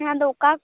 ᱦᱮᱸ ᱟᱫᱚ ᱚᱠᱟ